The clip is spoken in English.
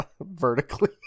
vertically